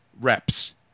reps